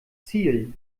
ziel